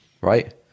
right